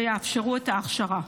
שיאפשרו את ההכשרה,